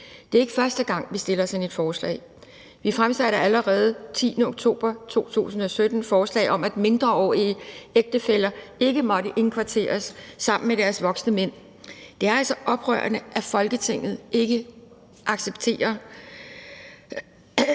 Det er ikke første gang, vi har fremsat sådan et forslag. Vi fremsatte allerede den 10. oktober 2017 et forslag om, at mindreårige ægtefæller ikke måtte indkvarteres sammen med deres voksne mænd. Det er altså oprørende, at Folketinget ikke accepterer